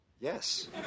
Yes